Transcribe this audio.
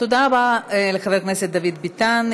תודה רבה לחבר הכנסת דוד ביטן.